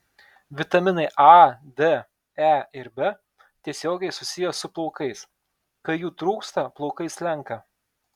vitaminai a d e ir b tiesiogiai susiję su plaukais kai jų trūksta plaukai slenka